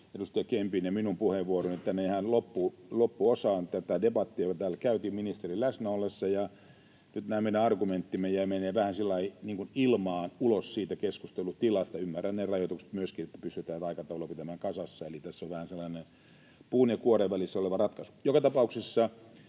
edustaja Kempin ja minun puheenvuoroni tänne ihan loppuosaan tätä debattia, jota täällä käytiin ministerin läsnäollessa, ja nyt nämä meidän argumenttimme vähän niin kuin jäävät ilmaan ja menevät ulos siitä keskustelutilanteesta. Ymmärrän ne rajoitukset myöskin, että pystytään aikatauluja pitämään kasassa. Eli tässä on vähän sellainen puun ja kuoren välissä oleva ratkaisu. Joka tapauksessa